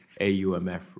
AUMF